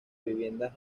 viviendas